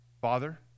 Father